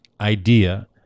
idea